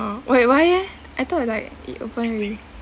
oh wait why eh I thought it like it open already